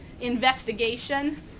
investigation